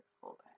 Fullback